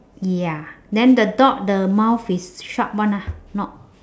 ya then the dog the mouth is s~ sharp one ah not